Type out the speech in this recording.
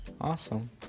Awesome